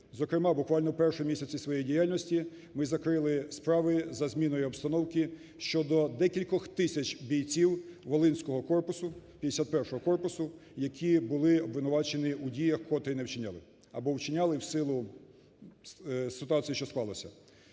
зокрема, буквально перші місяці своєї діяльності ми закрили справи за зміною обстановки щодо декількох тисяч бійців Волинського корпусу, 51-го корпусу, які були обвинувачені у діях, котрі не вчиняли або вчиняли в силу ситуації, що склалася.